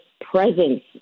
presence